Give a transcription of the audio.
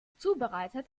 zubereitet